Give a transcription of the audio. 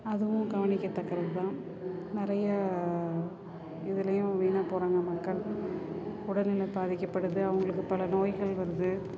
அதுவும் கவனிக்கத்தக்கதுதான் நிறைய இதுலேயும் வீணாக போகிறாங்க மக்கள் உடல்நிலை பாதிக்கப்படுது அவங்களுக்கு பல நோய்கள் வருது